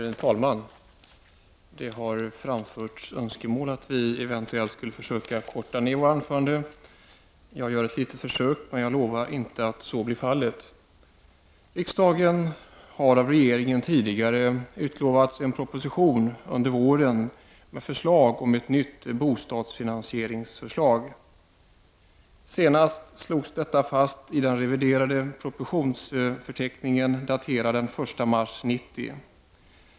Herr talman! Det har framförts önskemål om att vi eventuellt skulle försöka korta ned våra anföranden. Jag gör ett litet försök, men jag lovar inte att så blir fallet. Riksdagen har av regeringen tidigare lovats en proposition under våren med förslag om ett nytt bostadsfinansieringsförslag. Senast slogs detta fast i den reviderade propositionsförteckningen daterad den 1 mars 1990.